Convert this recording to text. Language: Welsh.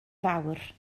fawr